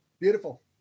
Beautiful